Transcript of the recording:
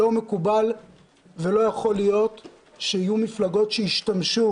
לא מקובל ולא יכול להיות שיהיו מפלגות שישתמשו